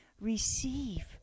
receive